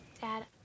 Dad